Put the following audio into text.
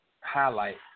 highlight